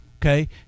Okay